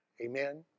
Amen